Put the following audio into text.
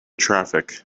traffic